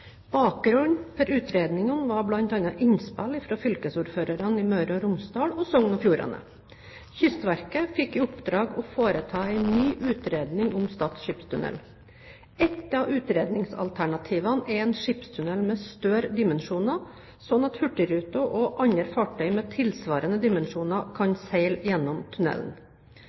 Bakgrunnen for utredningene var bl.a. innspill fra fylkesordførerne i Møre og Romsdal og Sogn og Fjordane. Kystverket fikk i oppdrag å foreta en ny utredning om Stad skipstunnel. Et av utredningsalternativene er en skipstunnel med større dimensjoner, slik at hurtigruta og andre fartøy med tilsvarende dimensjoner kan seile gjennom tunnelen.